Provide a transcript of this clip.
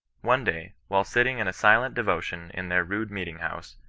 one day, while sitting in silent devotion in their rude meeting house,